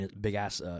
big-ass